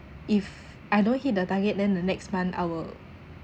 if I don't hit the target then the next month I will